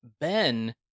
Ben